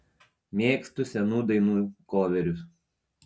mėgstu senų dainų koverius